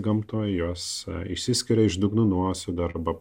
gamtoje jos išsiskiria iš dugno nuosėdų darbą